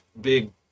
big